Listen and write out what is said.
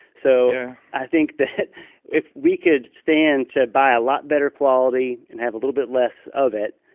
so i think that if we could stand to buy a lot better quality and have a little bit less of it.